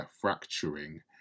fracturing